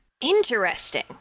Interesting